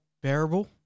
bearable